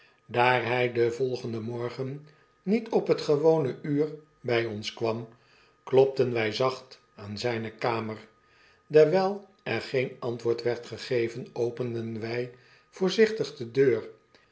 hy den volgenden morgen niet op het gewone uur by ons kwam klopten wy zacht aan zyne kamer dewijl er geen antwoord werd gegeven openden wy voorzichtig de deur